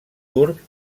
turc